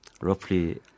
roughly